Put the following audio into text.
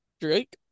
Drake